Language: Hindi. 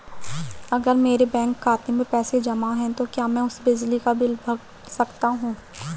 अगर मेरे बैंक खाते में पैसे जमा है तो क्या मैं उसे बिजली का बिल भर सकता हूं?